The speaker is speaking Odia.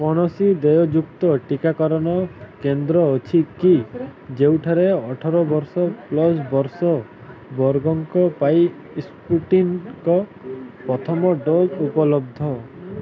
କୌଣସି ଦେୟଯୁକ୍ତ ଟିକାକରଣ କେନ୍ଦ୍ର ଅଛି କି ଯେଉଁଠାରେ ଅଠର ବର୍ଷ ବର୍ଗଙ୍କ ପାଇଁ ସ୍ପୁଟନିକ୍ର ପ୍ରଥମ ଡୋଜ୍ ଉପଲବ୍ଧ